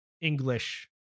English